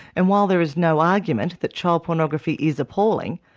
and while there is no argument that child pornography is appalling,